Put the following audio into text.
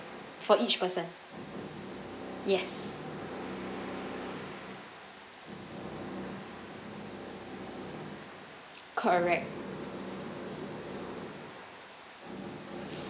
for each person yes correct